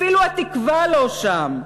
אפילו התקווה לא שם.